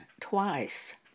twice